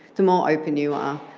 the more open you are,